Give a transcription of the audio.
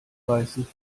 weißen